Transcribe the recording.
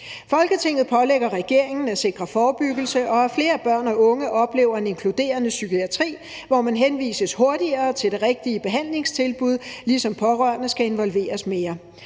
Folketinget pålægger regeringen at sikre forebyggelse, og at flere børn og unge oplever en inkluderende psykiatri, hvor man henvises hurtigere til det rigtige behandlingstilbud, ligesom pårørende skal involveres mere.